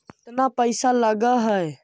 केतना पैसा लगय है?